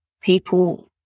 people